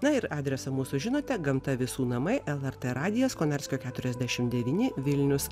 na ir adresą mūsų žinote gamta visų namai lrt radijas konarskio keturiasdešim devyni vilnius